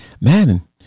man